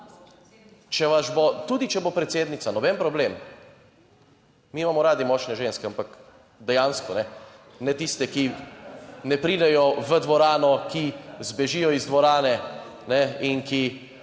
Če vas bo..., tudi če bo predsednica noben problem. Mi imamo radi močne ženske, ampak dejansko, ne tiste, ki ne pridejo v dvorano, ki zbežijo iz dvorane, in ki